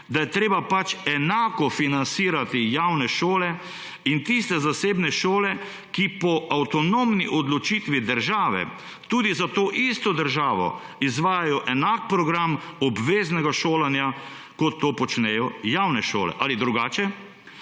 da je treba enako financirati javne šole in tiste zasebne šole, ki po avtonomni odločitvi države tudi za to isto državo izvajajo enak program obveznega šolanja, kot to počnejo javne šole, ali drugače,